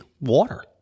water